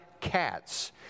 cats